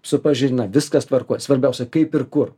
supažindina viskas tvarkoj svarbiausia kaip ir kur